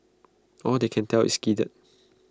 all they can tell is skidded